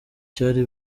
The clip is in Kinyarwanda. cyari